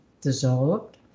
dissolved